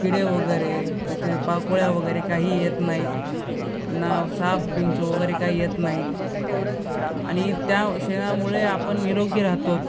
किडे वगैरे इथे पाकोळ्या वगैरे काही येत नाहीत ना साप विंचू वगैरे काही येत नाहीत आणि त्या शेणामुळे आपण निरोगी राहतो